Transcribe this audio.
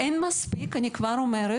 אין מספיק, אני כבר אומרת.